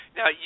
Now